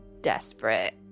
desperate